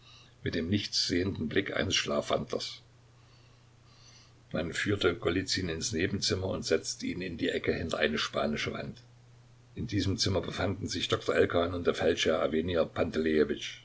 mit dem nichts sehenden blick eines schlafwandlers man führte golizyn ins nebenzimmer und setzte ihn in die ecke hinter eine spanische wand in diesem zimmer befanden sich doktor elkan und der feldscher